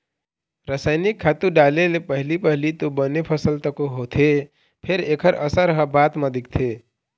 रसइनिक खातू डाले ले पहिली पहिली तो बने फसल तको होथे फेर एखर असर ह बाद म दिखथे